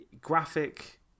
graphic